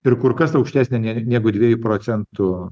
ir kur kas aukštesnė nei negu dviejų procentų